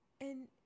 and-